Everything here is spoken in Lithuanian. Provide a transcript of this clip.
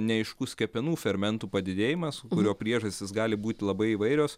neaiškus kepenų fermentų padidėjimas kurio priežastys gali būti labai įvairios